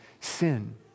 sin